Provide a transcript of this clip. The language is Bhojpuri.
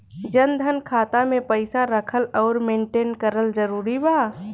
जनधन खाता मे पईसा रखल आउर मेंटेन करल जरूरी बा?